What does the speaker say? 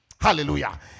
hallelujah